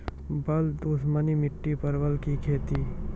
बल दुश्मनी मिट्टी परवल की खेती?